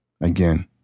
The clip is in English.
again